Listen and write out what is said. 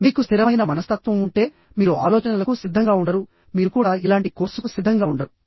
మీకు స్థిరమైన మనస్తత్వం ఉంటే మీరు ఆలోచనలకు సిద్ధంగా ఉండరు మీరు కూడా ఇలాంటి కోర్సుకు సిద్ధంగా ఉండరు